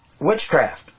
Witchcraft